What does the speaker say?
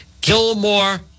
Gilmore